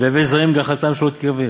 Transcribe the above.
והווי זהיר בגחלתן שלא תיכווה,